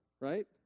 right